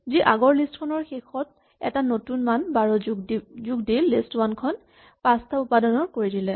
যি আগৰ লিষ্ট খনৰ শেষত এটা নতুন মান ১২ যোগ দি লিষ্ট ৱান খন পাঁচটা উপাদানৰ কৰি দিলে